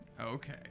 Okay